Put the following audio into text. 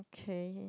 okay